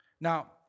Now